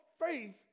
faith